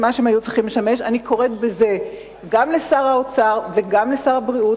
אני קוראת בזה גם לשר האוצר וגם לשר הבריאות